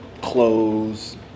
clothes